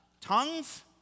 tongues